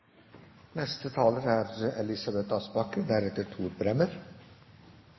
Neste taler er